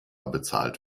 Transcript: bezahlt